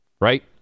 right